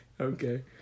okay